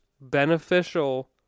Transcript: beneficial